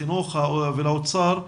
החינוך והאוצר,